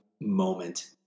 moment